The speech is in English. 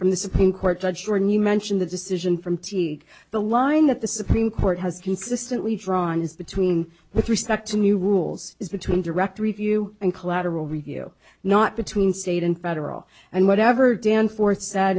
from the supreme court judge jordan you mentioned the decision from t the line that the supreme court has consistently drawn is between with respect to new rules is between direct review and collateral review not between state and federal and whatever dan forth sa